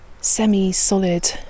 semi-solid